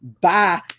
Bye